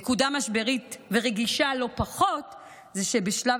נקודה משברית ורגישה לא פחות היא בשלב